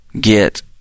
Get